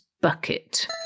Bucket